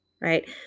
right